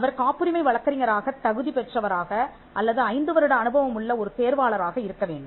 அவர் காப்புரிமை வழக்கறிஞராகத் தகுதி பெற்றவராக அல்லது ஐந்து வருட அனுபவமுள்ள ஒரு தேர்வாளராக இருக்கவேண்டும்